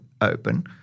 open